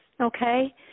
okay